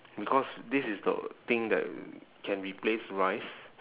because this is the thing that can replace rice